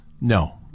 No